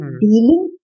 dealing